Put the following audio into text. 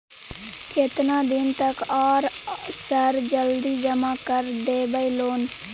केतना दिन तक आर सर जल्दी जमा कर देबै लोन?